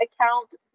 account